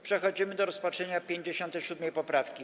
Przechodzimy do rozpatrzenia 57. poprawki.